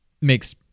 makes